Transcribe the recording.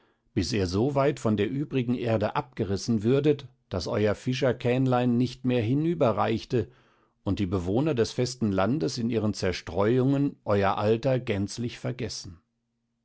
bis ihr so weit von der übrigen erde abgerissen würdet daß euer fischerkähnlein nicht mehr hinüberreichte und die bewohner des festen landes in ihren zerstreuungen euer alter gänzlich vergessen